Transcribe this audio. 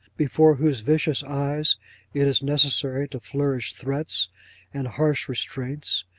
before whose vicious eyes it is necessary to flourish threats and harsh restraints.